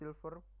silver